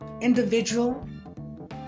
individual